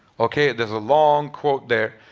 okay? there's a long quote there.